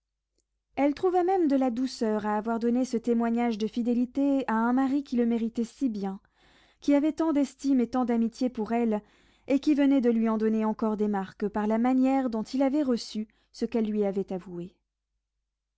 elle trouva même de la douceur à avoir donné ce témoignage de fidélité à un mari qui le méritait si bien qui avait tant d'estime et tant d'amitié pour elle et qui venait de lui en donner encore des marques par la manière dont il avait reçu ce qu'elle lui avait avoué